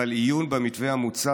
אבל עיון במתווה המוצע,